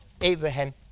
Abraham